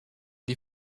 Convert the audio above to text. die